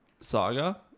saga